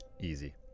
easy